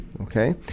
okay